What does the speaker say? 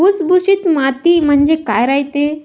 भुसभुशीत माती म्हणजे काय रायते?